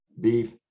beef